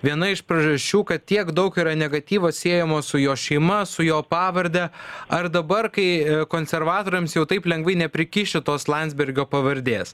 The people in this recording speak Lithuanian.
viena iš priežasčių kad tiek daug yra negatyvo siejamo su jo šeima su jo pavarde ar dabar kai konservatoriams jau taip lengvai neprikiši tos landsbergio pavardės